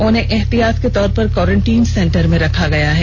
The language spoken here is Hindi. उन्हें एहतियात के तौर पर क्वारैंटाइन सेंटर में रखा गया था